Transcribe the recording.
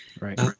right